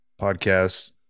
podcast